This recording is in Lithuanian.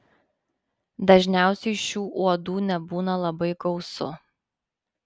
dažniausiai šių uodų nebūna labai gausu